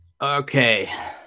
Okay